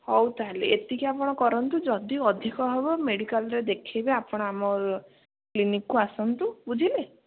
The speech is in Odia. ହଉ ତା'ହେଲେ ଏତିକି ଆପଣ କରନ୍ତୁ ଯଦି ଅଧିକ ହେବ ମେଡ଼ିକାଲରେ ଦେଖେଇବେ ଆପଣ ଆମ କ୍ଲିନକ୍କୁ ଆସନ୍ତୁ ବୁଝିଲେ